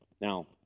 Now